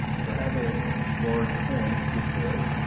your adult large form is diploid.